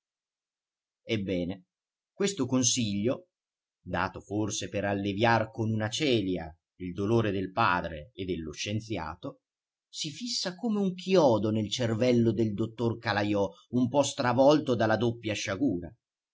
ebbene questo consiglio dato forse per alleviar con una celia il dolore del padre e dello scienziato si fissa come un chiodo nel cervello del dottor calajò un po stravolto dalla doppia sciagura